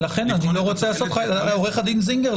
לבחון את --- עורך דין זינגר,